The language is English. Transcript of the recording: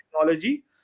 technology